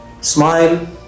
Smile